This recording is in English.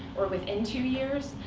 or within two years,